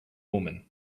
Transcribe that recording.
woman